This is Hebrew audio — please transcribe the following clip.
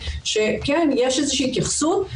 שכן יש איזושהי התייחסות.